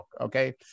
okay